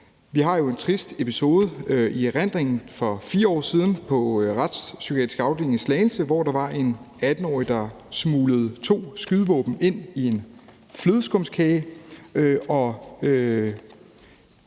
Vi har jo en trist episode i erindring fra for 4 år siden på retspsykiatrisk afdeling i Slagelse, hvor en 18-årig smuglede to skydevåben ind i en flødeskumskage